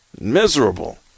miserable